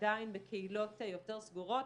עדיין בקהילות יותר סגורות,